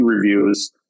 reviews